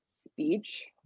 speech